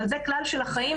אבל זה כלל של החיים.